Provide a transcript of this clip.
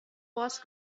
باز